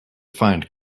find